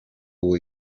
will